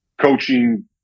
coaching